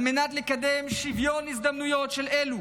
על מנת לקדם שוויון הזדמנויות של אלו